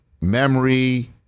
memory